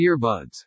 earbuds